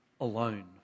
alone